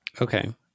Okay